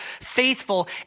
faithful